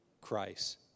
Christ